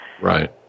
Right